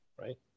right